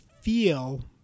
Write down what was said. feel